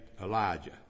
Elijah